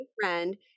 friend